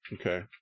Okay